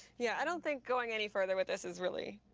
yeah, i don't think going any further with this is really.